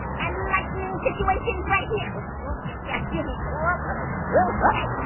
i mean lightning situations right here. oh yeah yeah excuse me. oh ah oh, okay.